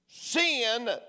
Sin